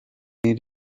amara